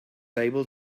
able